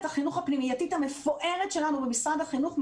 החינוך הפנימייתית המפוארת שלנו במשרד החינוך,